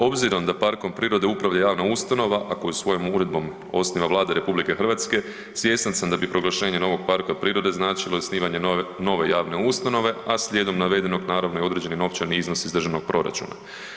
Obzirom da parkom prirode upravlja javna ustanova, a koju svojom uredbom osniva Vlada RH, svjestan sam da bi proglašenje novog parka prirode značilo i osnivanje nove javne ustanove, a slijedom navedenog, naravno i novi novčani iznos iz državnog proračuna.